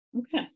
Okay